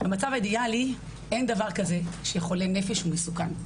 במצב האידיאלי, אין דבר כזה שחולה נפש הוא מסוכן,